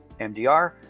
MDR